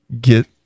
get